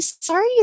sorry